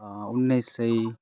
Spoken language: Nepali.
उन्नाइस सय